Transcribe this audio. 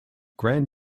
grand